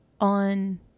on